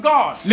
God